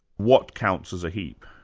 what counts as a heap?